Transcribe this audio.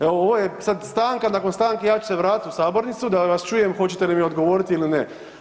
Evo ovo je sad stanka, nakon stanke, ja ću se vratiti u sabornicu da vas čujem hoćete li mi odgovoriti ili ne.